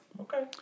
Okay